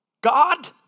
God